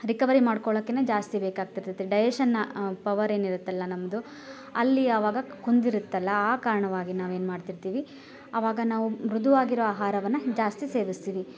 recovery ಮಾಡ್ಕೊಳೋಕೇನೇ ಜಾಸ್ತಿ ಬೇಕಾಗ್ತಿರತ್ತೆ ಡೈಜೇಷನ್ನ ಪವರ್ ಏನಿರತ್ತಲ್ಲ ನಮ್ಮದು ಅಲ್ಲಿ ಅವಾಗ ಕುಂದಿರುತ್ತಲ್ಲ ಆ ಕಾರಣವಾಗಿ ನಾವು ಏನು ಮಾಡ್ತಿರ್ತೀವಿ ಅವಾಗ ನಾವು ಮೃದುವಾಗಿರುವ ಆಹಾರವನ್ನ ಜಾಸ್ತಿ ಸೇವಿಸ್ತೀವಿ